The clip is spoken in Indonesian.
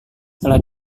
telah